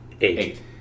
Eight